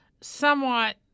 somewhat